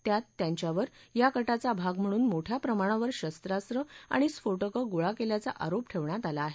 त्यात त्यांच्यावर या कटाचा भाग म्हणून मोठ्या प्रमाणावर शस्त्रास्र आणि स्फोटकं गोळा केल्याचा आरोप ठेवण्यात आला आहे